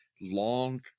long